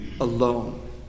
Alone